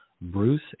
Bruce